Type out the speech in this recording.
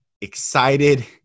excited